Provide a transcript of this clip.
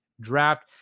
draft